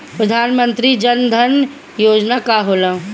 प्रधानमंत्री जन धन योजना का होला?